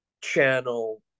Channel